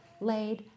laid